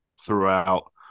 throughout